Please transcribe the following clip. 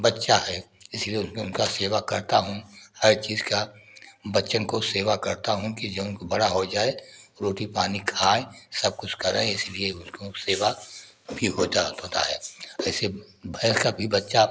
बच्चा है इसलिए उनका सेवा करता हूँ हर चीज़ का बच्चन को सेवा करता हूँ कि जऊन कि बड़ा होइ जाए रोटी पानी खाएँ सब कुछ करें इसलिए उसको सेवा भी हो जात होता है ऐसे भैंस का भी बच्चा